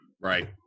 Right